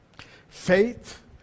Faith